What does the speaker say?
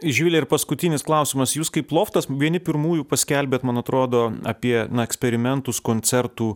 živile ir paskutinis klausimas jūs kaip loftas vieni pirmųjų paskelbėt man atrodo apie na eksperimentus koncertų